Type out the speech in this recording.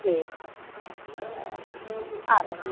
ठीक है आ रहे हैं